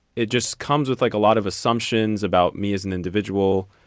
it just comes with like a lot of assumptions about me as an individual.